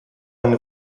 eine